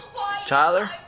Tyler